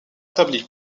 établie